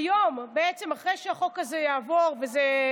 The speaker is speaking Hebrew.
היום אנו